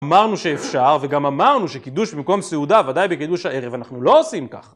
אמרנו שאפשר, וגם אמרנו שקידוש במקום סעודה וודאי בקידוש הערב, אנחנו לא עושים ככה.